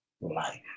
life